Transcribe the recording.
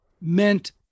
meant